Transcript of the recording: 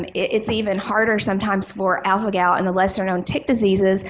um it's even harder sometimes for alpha-gal and the lesser known tick diseases,